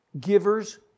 Givers